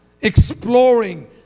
exploring